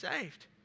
saved